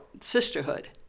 sisterhood